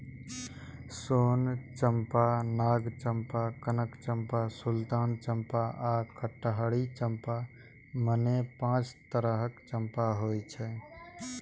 सोन चंपा, नाग चंपा, कनक चंपा, सुल्तान चंपा आ कटहरी चंपा, मने पांच तरहक चंपा होइ छै